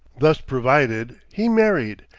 thus provided, he married,